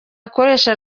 akoresha